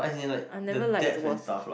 I never liked water